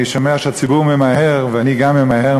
אני שומע שהציבור ממהר וגם אני ממהר